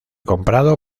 comprado